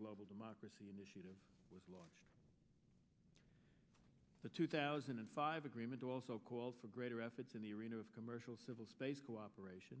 global democracy initiative was launched the two thousand and five agreement also called for greater efforts in the arena of commercial civil space cooperation